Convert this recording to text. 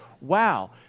wow